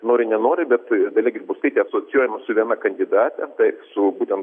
nori nenori bet dalia grybauskaitė asocijuojama su viena kandidate tai su būten